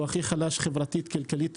שהוא הכי חלש כלכלית וחברתית.